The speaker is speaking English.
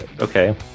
Okay